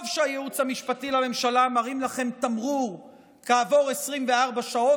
טוב שהייעוץ המשפטי לממשלה מראים לכם תמרור כעבור 24 שעות.